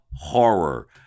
horror